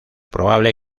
probable